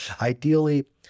Ideally